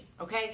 okay